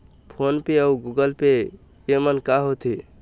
Phone पे अउ Google Pay येमन का होते?